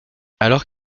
alors